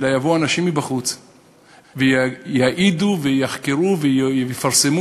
אלא יבואו אנשים מבחוץ ויחקרו ויעידו ויפרסמו